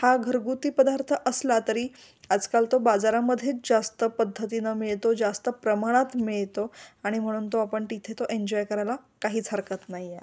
हा घरगुती पदार्थ असला तरी आजकाल तो बाजारामध्ये जास्त पद्धतीनं मिळतो जास्त प्रमाणात मिळतो आणि म्हणून तो आपण तिथे तो एन्जॉय करायला काहीच हरकत नाहीये